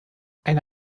eine